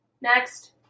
Next